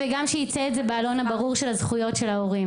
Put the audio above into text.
גם שזה יצא בעלון הברור של זכויות ההורים.